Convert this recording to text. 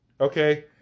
okay